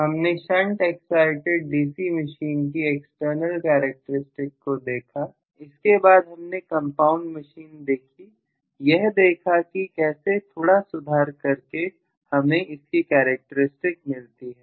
हमने shunt excited DC machine की external characteristic को देखा इसके बाद हमने कंपाउंड मशीन देखी यह देखा कि कैसे थोड़ा सा सुधार करके हमें इसकी कैरेक्टरिस्टिक मिलती है